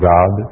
God